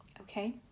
Okay